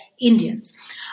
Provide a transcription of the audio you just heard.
Indians